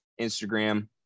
Instagram